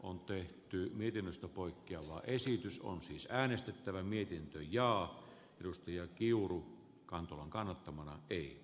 on tehty ytimestä poikkeava esitys on siis äänestettävä mietitty ja edusti ja kiuru kantolan kannattamana di